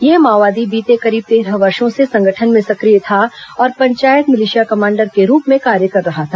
यह माओवादी बीते करीब तेरह वर्षो से संगठन में संक्रिय था और पंचायत मिलिशिया कमांडर के रूप में कार्य कर रहा था